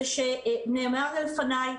נאמר לפניי,